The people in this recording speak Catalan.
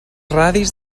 radis